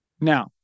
Now